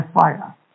fire